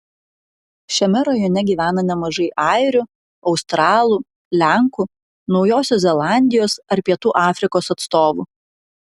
šiame rajone gyvena nemažai airių australų lenkų naujosios zelandijos ar pietų afrikos atstovų